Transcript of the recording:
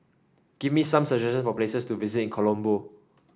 give me some suggestions for places to visit in Colombo